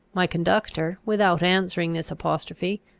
my conductor, without answering this apostrophe,